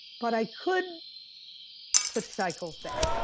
but i could put cycles back,